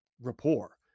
rapport